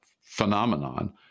phenomenon